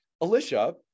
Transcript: Alicia